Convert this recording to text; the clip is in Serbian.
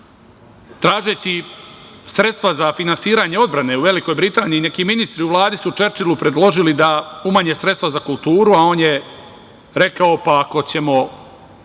tražeći sredstva za finansiranje odbrane u Velikoj Britaniji, neki ministri u Vladi su Čerčilu predložili da umanje sredstva za kulturu, a on je rekao - pa ako ne